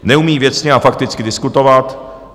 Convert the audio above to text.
Neumí věcně a fakticky diskutovat.